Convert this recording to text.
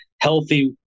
healthy